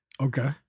Okay